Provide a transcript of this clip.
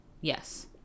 Yes